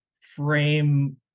frame